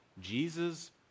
Jesus